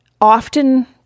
often